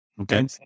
Okay